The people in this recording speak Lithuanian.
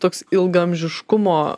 toks ilgaamžiškumo